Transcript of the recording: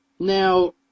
Now